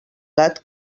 gat